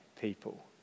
people